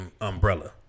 umbrella